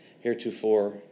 heretofore